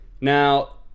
Now